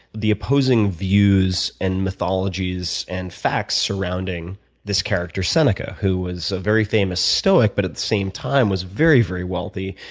the opposing views and mythologies and facts surrounding this character seneca, who was a very famous stoic but at the same time was very, very wealthy.